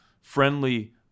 friendly